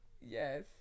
Yes